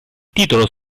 titolo